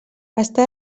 està